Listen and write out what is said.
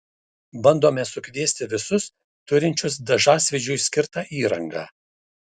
bandome sukviesti visus turinčius dažasvydžiui skirtą įrangą